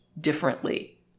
differently